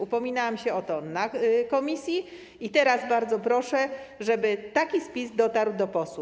Upominałam się o to w komisji i teraz bardzo proszę, żeby taki spis dotarł do posłów.